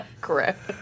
Correct